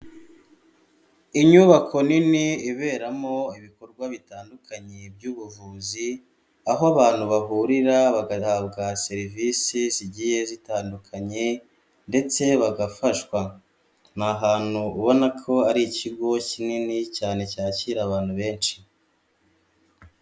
Inyubako nini iberamo ibikorwa bitandukanye by'ubuvuzi, aho abantu bahurira bagahabwa serivisi zigiye zitandukanye ndetse bagafashwa, ni ahantu ubona ko ari ikigo kinini cyane cyakira abantu benshi.